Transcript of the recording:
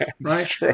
Right